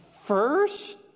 First